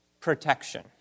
protection